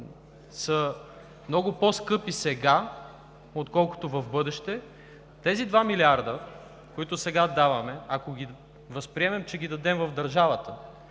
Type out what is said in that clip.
са много по-скъпи сега, отколкото в бъдеще, тези два милиарда, които сега даваме, ако ги възприемем, че ги дадем в държавата,